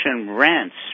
rents